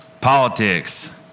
Politics